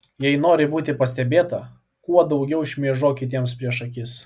jei nori būti pastebėta kuo daugiau šmėžuok kitiems prieš akis